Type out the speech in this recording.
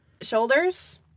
shoulders